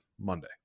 Monday